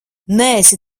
neesi